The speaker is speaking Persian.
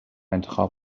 انتخاب